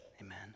Amen